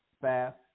fast